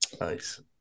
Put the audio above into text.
nice